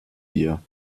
hier